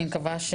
אני מקווה,